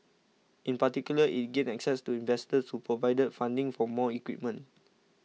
in particular it gained access to investors who provided funding for more equipment